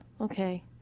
Okay